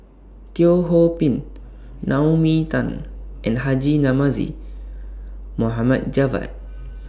Teo Ho Pin Naomi Tan and Haji Namazie Mohd Javad